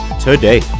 today